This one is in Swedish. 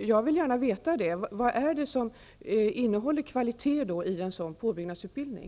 Jag vill gärna veta: Vad är då kvalitet i en sådan påbyggnadsutbildning?